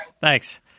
thanks